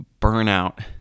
burnout